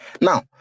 Now